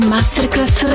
Masterclass